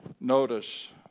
notice